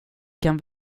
kan